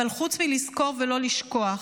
אבל חוץ מלזכור ולא לשכוח,